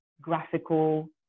graphical